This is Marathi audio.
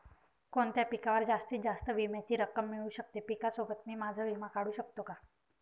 कोणत्या पिकावर जास्तीत जास्त विम्याची रक्कम मिळू शकते? पिकासोबत मी माझा विमा काढू शकतो का?